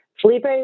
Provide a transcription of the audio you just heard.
Felipe